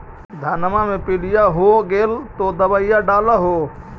धनमा मे पीलिया हो गेल तो दबैया डालो हल?